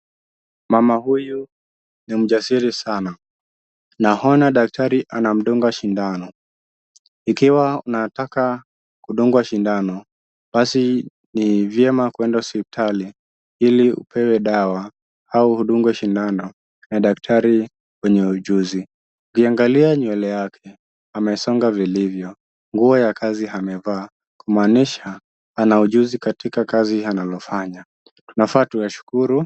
Mama huyu ni mjasiri sana. naona daktari anamdunga shindano. ikiwa anataka kudungwa shindano basi ni viema kuenda hospitali Ili upewe dawa au udungwe shindano na daktari mwenye ujuzi. ukiangalia nywele yake amesonga vilivyo nguo ya kazi amevaa kumanisha anaujuzi katika kazi analo fanya tunafaa tunashukuru.